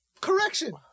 Correction